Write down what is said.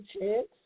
chance